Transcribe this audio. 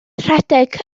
rhedeg